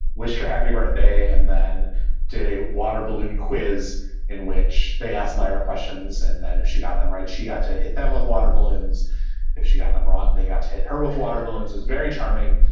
wish her happy birthday. and then did a water balloon quiz in which they asked lyra questions. and then if she got them right, she got to hit them with water balloons if she got them wrong. they got to hit her with water balloons is very charming.